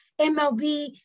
MLB